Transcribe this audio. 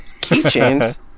Keychains